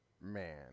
Man